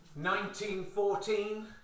1914